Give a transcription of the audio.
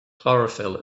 chlorophyll